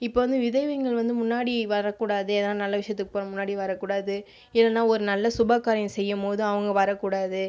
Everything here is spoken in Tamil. இப்போ வந்து விதவைகள் வந்து முன்னாடி வரக்கூடாது எதனால் நல்ல விஷயத்துக்கு போனால் முன்னாடி வரக்கூடாது ஏன்னால் ஒரு நல்ல சுபகாரியம் செய்யும் போது அவங்க வரக்கூடாது